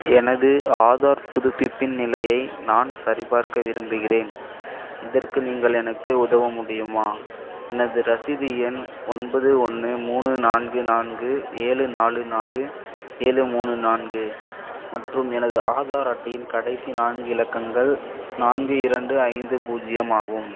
எனது ஆதார் புதுப்பிப்பின் நிலையை நான் சரிபார்க்க விரும்புகிறேன் இதற்கு நீங்கள் எனக்கு உதவ முடியுமா எனது ரசீது எண் ஒன்பது ஒன்று மூணு நான்கு நான்கு ஏழு நாலு நாலு ஏழு மூணு நான்கு மற்றும் எனது ஆதார் அட்டையின் கடைசி நான்கு இலக்கங்கள் நான்கு இரண்டு ஐந்து பூஜ்ஜியம் ஆகும்